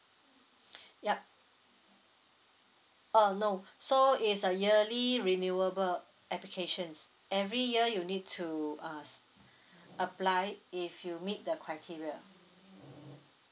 yup uh no so it's a yearly renewable applications every year you need to uh apply if you meet the criteria